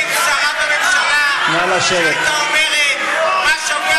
בצרפת אין שרה בממשלה שהייתה אומרת: "מה שווה